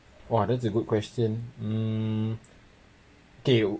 !wah! that's a good question mm okay